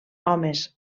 homes